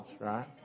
right